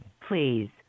Please